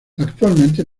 actualmente